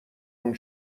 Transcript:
اون